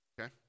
Okay